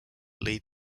lead